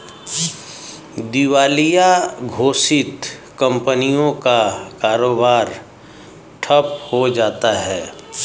दिवालिया घोषित कंपनियों का कारोबार ठप्प हो जाता है